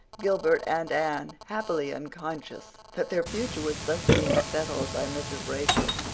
gilbert and anne, happily unconscious that their future was thus being settled by mrs. rachel,